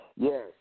Yes